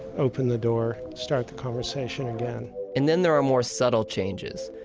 open the door, start the conversation again and then there are more subtle changes.